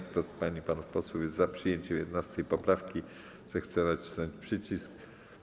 Kto z pań i panów posłów jest za przyjęciem 11. poprawki, zechce nacisnąć przycisk.